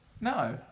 No